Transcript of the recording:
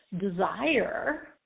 desire